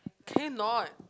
can you not